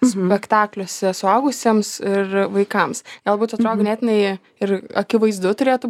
spektakliuose suaugusiems ir vaikams galbūt atrodo ganėtinai ir akivaizdu turėtų